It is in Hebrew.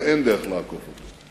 ואין דרך לעקוף אותו.